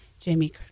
Jamie